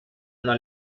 una